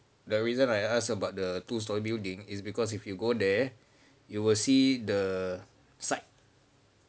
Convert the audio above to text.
the reason I asked about the two storey building is because if you go there you will see the side